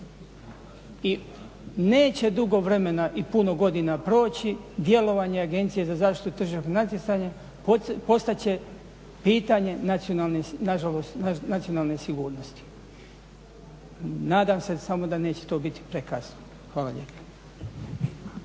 i neće dugo vremena i puno godina proći, djelovanje AZTN-a postat će pitanje nažalost nacionalne sigurnosti. Nadam se samo da neće to biti prekasno. Hvala lijepa.